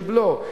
של בלו,